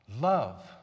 love